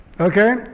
okay